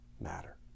matter